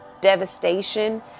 devastation